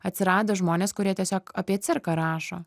atsirado žmonės kurie tiesiog apie cirką rašo